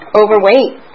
overweight